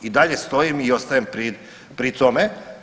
I dalje stojim i ostajem pri tome.